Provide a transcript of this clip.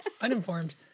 Uninformed